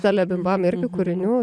tel bim bam irgi kūrinių